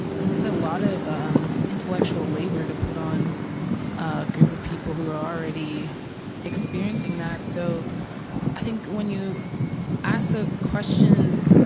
and and that's a lot of intellectual labor to put on a group of people who are already experiencing that. so i think when you ask those questions